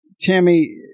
Tammy